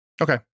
Okay